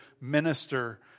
minister